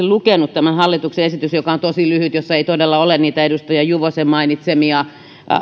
lukeneet tämän hallituksen esityksen joka on tosi lyhyt jossa ei todella ole niitä edustaja juvosen mainitsemia